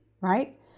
right